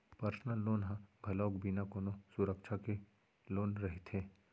personal loan ह घलोक बिना कोनो सुरक्छा के लोन रहिथे